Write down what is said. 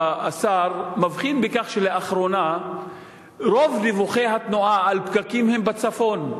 מבחין בכך שלאחרונה רוב דיווחי התנועה על פקקים הם בצפון.